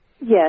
Yes